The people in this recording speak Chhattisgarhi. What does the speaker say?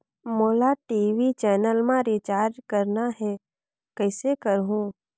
मोला टी.वी चैनल मा रिचार्ज करना हे, कइसे करहुँ?